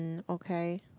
okay